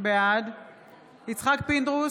בעד יצחק פינדרוס,